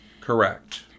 Correct